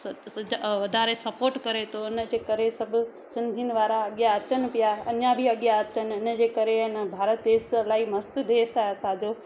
स व वधारे स्पोर्ट करे थो उनजे करे सभु सिंधीयुनि वारा अॻियां अचनि पिया अञा बि अॻियां अचनि इनजे करे ऐं न भारत देश इलाही मस्तु देश आहे असांजो